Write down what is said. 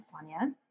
Sonia